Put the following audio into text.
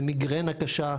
במיגרנה קשה,